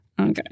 Okay